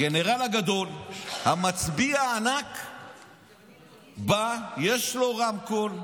הגנרל הגדול, המצביא הענק בא, יש לו רמקול.